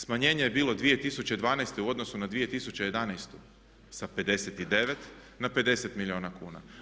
Smanjenje je bilo 2012. u odnosu na 2011. sa 59 na 50 milijuna kuna.